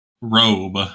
robe